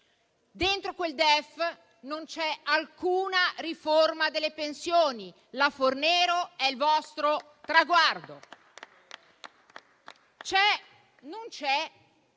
Dentro quel DEF non vi è alcuna riforma delle pensioni. La Fornero è il vostro traguardo.